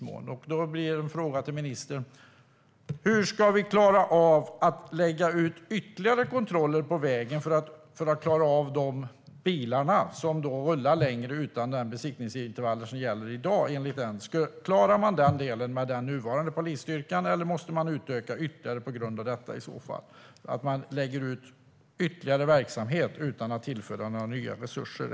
Min fråga till ministern blir då: Hur ska vi klara av att lägga ut ytterligare kontroller på vägen för att klara av de bilar som rullar med längre besiktningsintervall? Klarar man det med nuvarande polisstyrka, eller måste man utöka ytterligare på grund av detta? Man lägger ut ytterligare verksamhet utan att tillföra några nya resurser.